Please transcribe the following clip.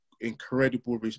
incredible